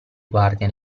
guardia